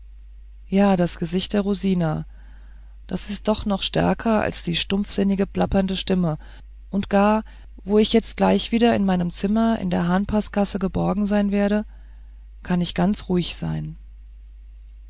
ja das gesicht der rosina das ist doch noch stärker als die stumpfsinnige plappernde stimme und gar wo ich jetzt gleich wieder in meinem zimmer in der hahnpaßgasse geborgen sein werde kann ich ganz ruhig sein